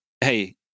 hey